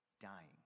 dying